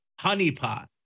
honeypot